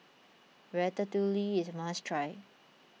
Ratatouille is a must try